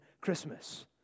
Christmas